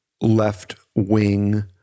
left-wing